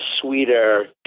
sweeter